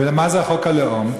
ומה זה חוק הלאום?